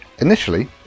Initially